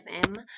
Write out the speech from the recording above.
FM